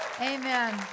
amen